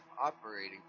operating